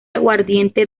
aguardiente